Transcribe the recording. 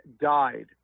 died